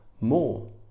more